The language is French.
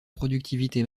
productivité